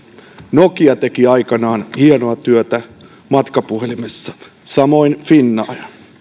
nokia teki aikanaan hienoa työtä matkapuhelimissa samoin finnair